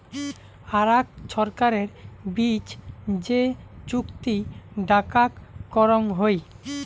আরাক ছরকারের বিচ যে চুক্তি ডাকাক করং হই